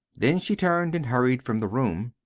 then she turned and hurried from the room.